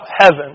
heaven